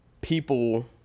people